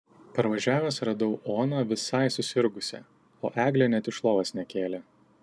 parvažiavęs radau oną visai susirgusią o eglė net iš lovos nekėlė